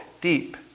deep